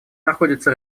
находится